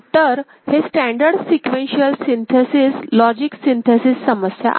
तर हे standard sequential synthesis logic synthesis समस्या आहे